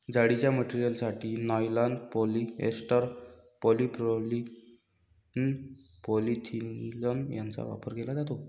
जाळीच्या मटेरियलसाठी nylon, polyester, polypropylene, polyethylene यांचा वापर केला जातो